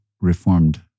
reformed